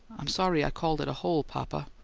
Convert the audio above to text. i'm sorry i called it a hole, papa.